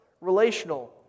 relational